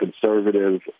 conservative